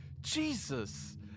Jesus